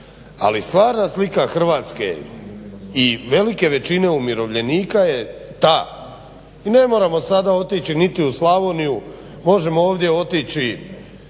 ali stvarna slika Hrvatske i velike većine umirovljenika je ta i ne moramo sada otići niti u Slavoniju, možemo ovdje otići